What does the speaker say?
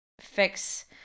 fix